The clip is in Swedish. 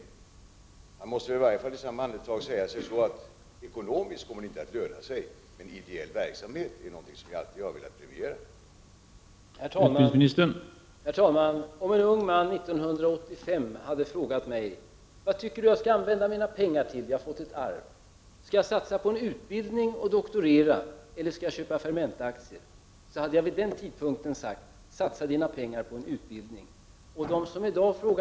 I samma andetag måste han väl i så fall säga sig att det inte kommer att löna sig ekonomiskt men att vi alltid har velat premiera ideell verksamhet.